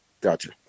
gotcha